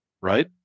Right